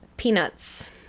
peanuts